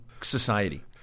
society